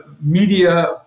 media